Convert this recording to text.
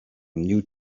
new